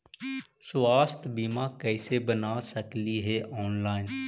स्वास्थ्य बीमा कैसे बना सकली हे ऑनलाइन?